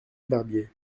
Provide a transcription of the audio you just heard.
barbier